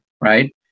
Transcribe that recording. right